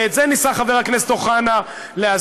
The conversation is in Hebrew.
ואת זה ניסה חבר הכנסת אוחנה להסביר,